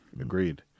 Agreed